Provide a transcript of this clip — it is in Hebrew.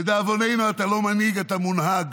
לדאבוננו, אתה לא מנהיג, אתה מונהג,